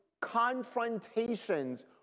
confrontations